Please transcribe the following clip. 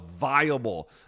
viable